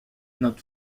not